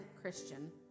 Christian